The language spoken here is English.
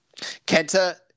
Kenta